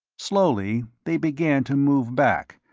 slowly they began to move back,